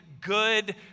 good